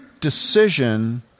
decision